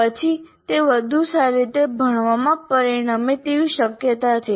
પછી તે વધુ સારી રીતે ભણવામાં પરિણમે તેવી શક્યતા છે